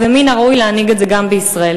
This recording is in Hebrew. ומן הראוי להנהיג את זה גם בישראל.